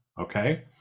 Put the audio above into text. Okay